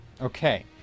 okay